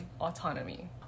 autonomy